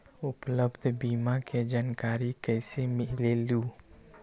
उपलब्ध बीमा के जानकारी कैसे मिलेलु?